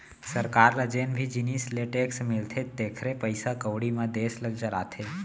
सरकार ल जेन भी जिनिस ले टेक्स मिलथे तेखरे पइसा कउड़ी म देस ल चलाथे